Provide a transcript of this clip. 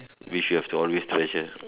which you'll have to always treasure